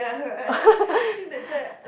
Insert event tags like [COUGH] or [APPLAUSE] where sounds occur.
[LAUGHS]